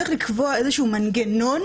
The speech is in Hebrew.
צריך לקבוע איזשהו מנגנון,